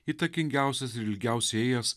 įtakingiausias ir ilgiausiai ėjęs